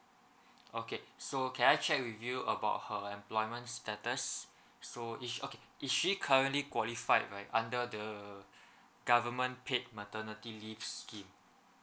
okay so can I check with you about her employment status so is okay is she currently qualified right under the government paid maternity leave scheme